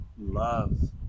love